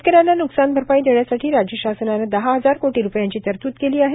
शेतकऱ्यांना नुकसान भरपाई देण्यासाठी राज्य शासनाने दहा हजार कोटी रुपयांची तरतूद केली आहे